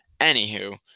Anywho